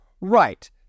Right